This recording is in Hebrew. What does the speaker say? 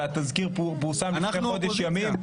והתזכיר פורסם לפני חודש ימים.